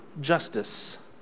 justice